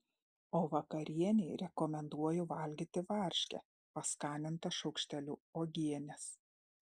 o vakarienei rekomenduoju valgyti varškę paskanintą šaukšteliu uogienės